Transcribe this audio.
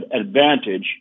advantage